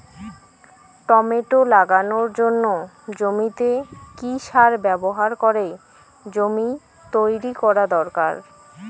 Tomato লাগানোর জন্য জমিতে কি সার ব্যবহার করে জমি তৈরি করা দরকার?